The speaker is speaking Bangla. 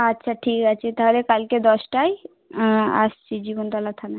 আচ্ছা ঠিক আছে তাহলে কালকে দশটায় আসছি জীবনতলা থানায়